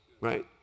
right